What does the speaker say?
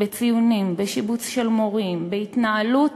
בציונים, בשיבוץ של מורים, בהתנהלות,